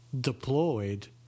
Deployed